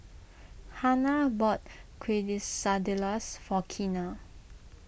Hanna bought Quesadillas for Keena